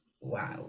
Wow